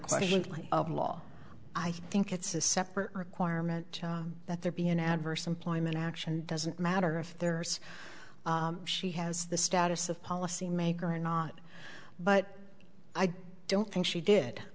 question of law i think it's a separate requirement that there be an adverse employment action doesn't matter if there's she has the status of policy maker or not but i don't think she did